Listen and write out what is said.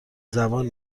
زبان